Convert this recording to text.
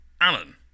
Alan